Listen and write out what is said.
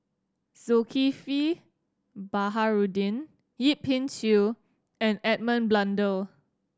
Zulkifli Baharudin Yip Pin Xiu and Edmund Blundell